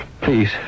Please